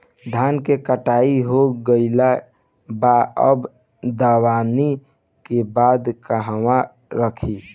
धान के कटाई हो गइल बा अब दवनि के बाद कहवा रखी?